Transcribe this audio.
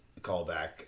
callback